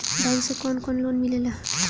Bank से कौन कौन लोन मिलेला?